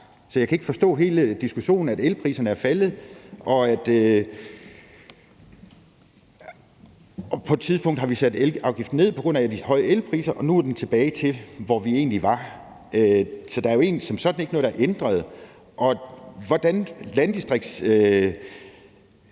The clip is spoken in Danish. Så jeg kan ikke forstå hele diskussionen. Elpriserne er faldet. På et tidspunkt har vi sat elafgiften ned på grund af de høje elpriser, og nu er den tilbage til, hvor vi egentlig var. Så der er jo som sådan ikke noget, der er ændret. Hvordan vi skal